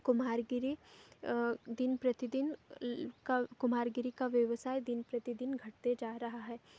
कुम्हारगिरी दिन प्रतिदिन ल का कुम्हारगिरी का व्यवसाय दिन प्रतिदिन घटते जा रहा है